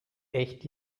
echt